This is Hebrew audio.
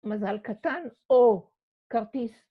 מזל קטן או כרטיס.